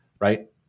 right